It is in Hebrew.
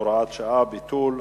הוראת שעה) (ביטול),